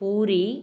puri